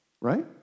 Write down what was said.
right